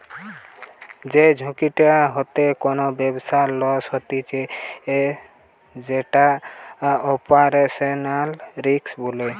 যেই ঝুঁকিটা হইতে কোনো সংস্থার লস হতিছে যেটো অপারেশনাল রিস্ক বলে